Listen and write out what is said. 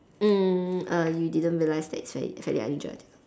mm err you didn't realise that it's fairly fairly unusual